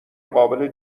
قابل